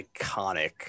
iconic